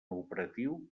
operatiu